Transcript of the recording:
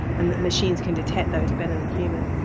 and that machines can detect those better than humans.